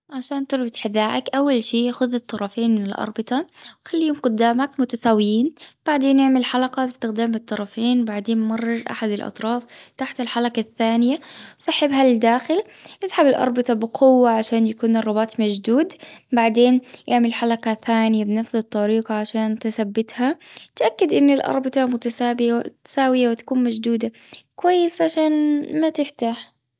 عشان تربط حذائك أول شيء خذ الطرفين من الأربطة وخليهم قدامك متساويين بعدين أعمل حلقة الأستخدام الطرافين بعدين مرر أحد الأطراف تحت الحلقة الثانية وأسحبها للداخل أسحب الأربطة بقوة عشان يكون الرباط مشدود بعدين أعمل حلقة ثانية بنفس الطريقة عشان تثبتها اتأكد ان متساوبة-متساوية وتكون مشدودة كويس عشان ما تفتح.